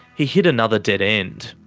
he hit another dead end.